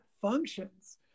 functions